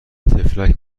طفلک